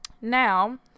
now